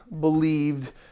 believed